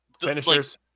Finishers